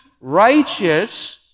righteous